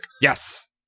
Yes